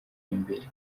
imbere